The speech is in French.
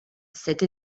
cette